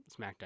SmackDown